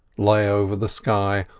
lay over the sky,